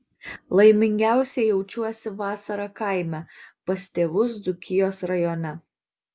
laimingiausia jaučiuosi vasarą kaime pas tėvus dzūkijos rajone